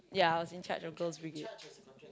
yeah I was in-charge of Girl's-Brigade